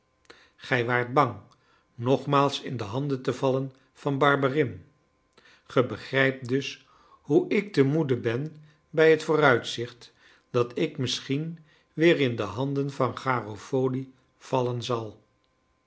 gij waart bang nogmaals in de handen te vallen van barberin ge begrijpt dus hoe ik te moede ben bij het vooruitzicht dat ik misschien weer in de handen van garofoli vallen zal